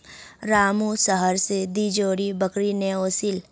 रामू शहर स दी जोड़ी बकरी ने ओसील